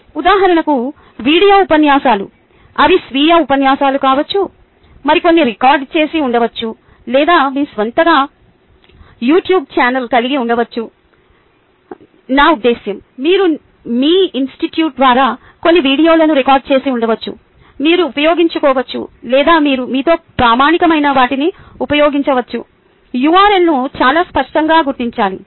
ఉదాహరణకు వీడియో ఉపన్యాసాలు అవి స్వీయ ఉపన్యాసాలు కావచ్చు మీరు కొన్ని రికార్డ్ చేసి ఉండవచ్చు లేదా మీ స్వంతంగా యూట్యూబ్ ఛానెల్ కలిగి ఉండవచ్చని నా ఉద్దేశ్యం మీరు మీ ఇన్స్టిట్యూట్ ద్వారా కొన్ని వీడియోలను రికార్డ్ చేసి ఉండవచ్చు మీరు ఉపయోగించుకోవచ్చు లేదా మీరు మీతో ప్రామాణికమైన వాటిని ఉపయోగించవచ్చు URL ను చాలా స్పష్టంగా గుర్తించాలి